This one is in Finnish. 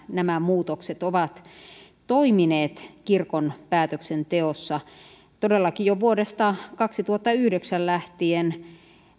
nämä muutokset ovat toimineet kirkon päätöksenteossa todellakin jo vuodesta kaksituhattayhdeksän lähtien